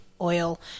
oil